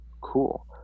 Cool